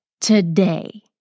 today